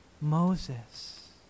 Moses